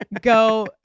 go